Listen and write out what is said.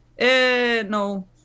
no